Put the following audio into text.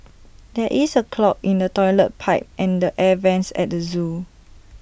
there is A clog in the Toilet Pipe and the air Vents at the Zoo